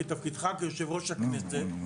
בתפקידך כיושב-ראש הכנסת,